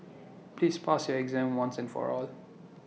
please pass your exam once and for all